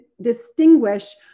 distinguish